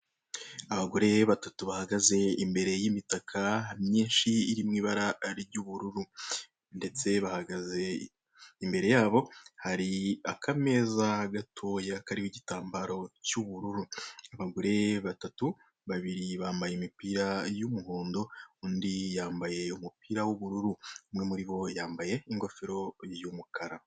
Abagore batatu bahagaze imbere y'imitaka myinshi iri mu ibara ry'ubururu ndetse bahagaze imbere yabo hari akameza gatoya kariho igitambaro cy'ubururu abagore batatu babiri bambaye imipira y'umuhondo undi yambaye umupira w'ubururu umwe muri bo yambaye ingofero y'umukara.